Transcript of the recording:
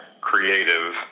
creative